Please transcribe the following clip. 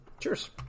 Cheers